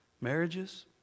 marriages